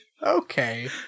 Okay